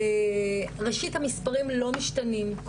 ראשית המספרים לא משתנים,